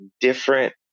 different